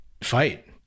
fight